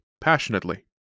passionately